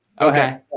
okay